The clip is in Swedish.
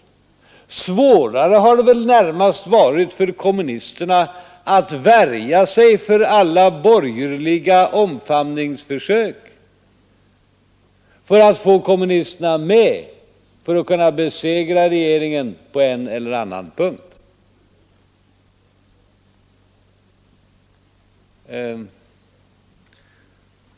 Svårare har det väl varit för kommunisterna att värja sig för alla borgerliga omfamningsförsök i syfte att få kommunisterna med för att kunna besegra regeringen på en eller annan punkt.